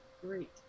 Great